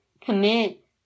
commit